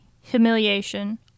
humiliation